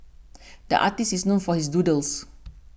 the artist is known for his doodles